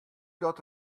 dat